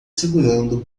segurando